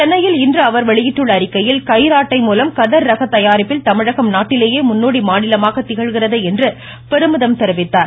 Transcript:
சென்னையில் இன்று அவர் வெளியிட்டுள்ள அறிக்கையில் கைராட்டை மூலம் கதர் ரக தயாரிப்பில் தமிழகம் நாட்டிலேயே முன்னோடி மாநிலமாக திகழ்கிறது என்று பெருமிதம் தெரிவித்தார்